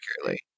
accurately